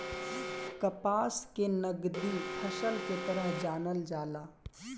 कपास के नगदी फसल के तरह जानल जाला